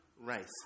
race